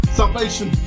salvation